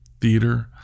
theater